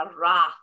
wrath